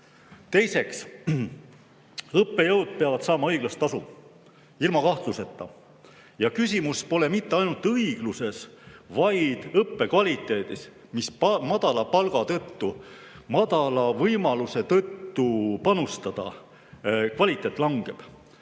vastu. Teiseks, õppejõud peavad saama õiglast tasu. Ilma kahtluseta. Küsimus pole mitte ainult õigluses, vaid ka õppekvaliteedis, mis madala palga tõttu, väikese võimaluse tõttu panustada, langeb.